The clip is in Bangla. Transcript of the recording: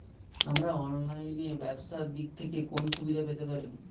আমরা অনলাইনে ব্যবসার দিক থেকে কোন সুবিধা পেতে পারি?